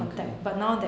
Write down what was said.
okay